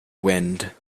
wind